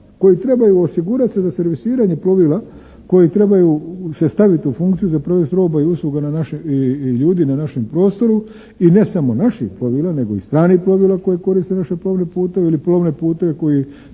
koji trebaju osigurati se za servisiranje plovila, koji trebaju se staviti u funkciju za prijevoz roba i usluga na našim, i ljudi na našem prostoru i ne samo naših plovila nego i stranih plovila koje koriste naše plovne putove. Ili plovne putove koji